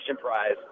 prize